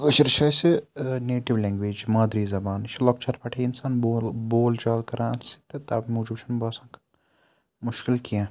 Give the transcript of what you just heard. کٲشِر چھِ اَسہِ native language مادری زبان یہِ چھِ لۄکچارٕ پٮ۪ٹھَے اِنسان بولہٕ بول چال کَران اَتھ سۭتۍ تہٕ تَوٕ موٗجوٗب چھُنہٕ باسان مُشکل کینٛہہ